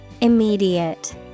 Immediate